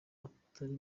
atari